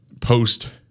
post